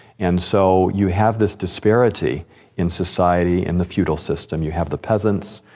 and so you have this disparity in society in the feudal system. you have the peasants,